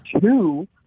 Two